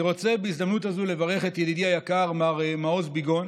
אני רוצה בהזדמנות הזאת לברך את ידידי היקר מר מעוז ביגון,